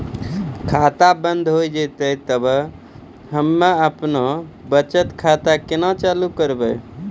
खाता बंद हो जैतै तऽ हम्मे आपनौ बचत खाता कऽ केना चालू करवै?